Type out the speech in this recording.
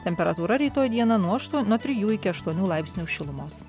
temperatūra rytoj dieną nuo aštuo nuo trijų iki aštuonių laipsnių šilumos